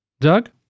Doug